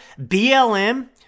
BLM